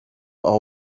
are